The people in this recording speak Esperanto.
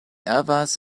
havas